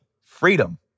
freedom